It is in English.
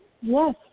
Yes